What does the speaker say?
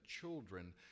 children